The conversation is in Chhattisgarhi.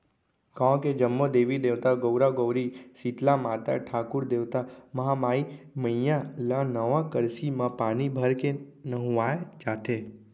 गाँव के जम्मो देवी देवता, गउरा गउरी, सीतला माता, ठाकुर देवता, महामाई मईया ल नवा करसी म पानी भरके नहुवाए जाथे